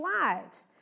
lives